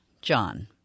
John